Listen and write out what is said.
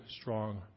strong